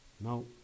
No